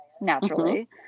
naturally